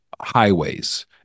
highways